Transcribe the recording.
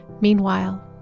Meanwhile